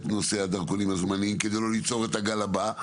נושא הדרכונים הזמניים כדי לא ליצור את הגל הבא,